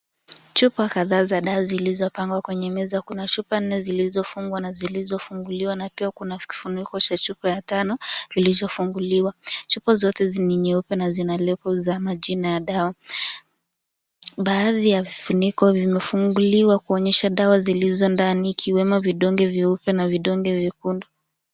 Chupa kadhaa zimepangwa kwenye meza. Kuna chupa zilizofungwa na zilizofunguliwa, na pia kuna kifuniko cha chupa ya tano, iliyofunguliwa. Chupa zote ni nyeupe na zina lebo ya majina ya dawa. Baadhi ya vifuniko vimefunguliwa kuonyesha dawa zilizo ndani, ikiwemo vidonge vyeupe na vidonge vyekundu.